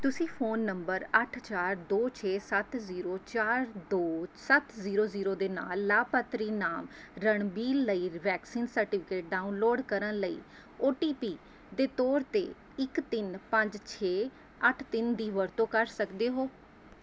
ਤੁਸੀਂ phone number ਅੱਠ ਚਾਰ ਦੋ ਛੇ ਸੱਤ ਜ਼ੀਰੋ ਚਾਰ ਦੋ ਸੱਤ ਜ਼ੀਰੋ ਜ਼ੀਰੋ ਦੇ ਨਾਲ ਲਾਭਪਾਤਰੀ ਨਾਮ ਰਣਬੀਰ ਲਈ ਵੈਕਸੀਨ ਸਰਟੀਫਿਕੇਟ ਡਾਊਨਲੋਡ ਕਰਨ ਲਈ ਓ ਟੀ ਪੀ ਦੇ ਤੌਰ 'ਤੇ ਇੱਕ ਤਿੰਨ ਪੰਜ ਛੇ ਅੱਠ ਤਿੰਨ ਦੀ ਵਰਤੋਂ ਕਰ ਸਕਦੇ ਹੋ